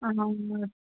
ஆமாங்க மிஸ்